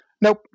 nope